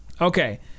Okay